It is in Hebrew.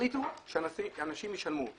התכלית היא שאנשים ישלמו,